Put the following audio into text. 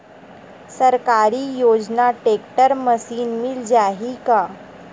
सरकारी योजना tractor machine मिल जाही का?